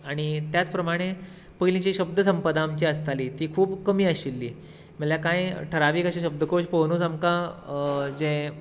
आनी तेच प्रमाणे पयली जी शब्द संपदा आसताली ती खूब कमी आशिल्ली नाल्यार काय ठरावीक अशें शब्दकोश पळोवनूच आमकां जे